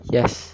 Yes